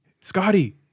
Scotty